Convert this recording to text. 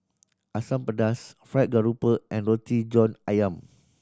Asam Pedas fried grouper and Roti John Ayam